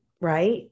right